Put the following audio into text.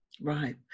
Right